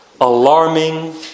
Alarming